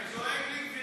אני דואג לגברתי,